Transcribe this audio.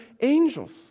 angels